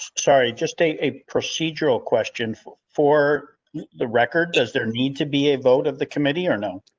sorry just a procedural question for for the record. does there need to be a vote of the committee or? no.